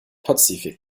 pazifik